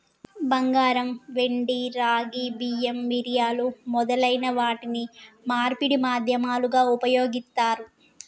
బంగారం, వెండి, రాగి, బియ్యం, మిరియాలు మొదలైన వాటిని మార్పిడి మాధ్యమాలుగా ఉపయోగిత్తారు